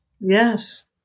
yes